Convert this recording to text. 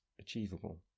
achievable